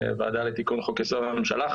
ועדה לתיקון חוק יסוד: הממשלה.